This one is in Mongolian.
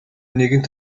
нэгэнт